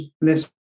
less